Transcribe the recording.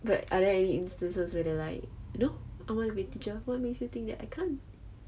but are there any instances where they like no I want to be the teacher what makes you think that I can't